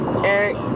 Eric